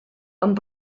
amb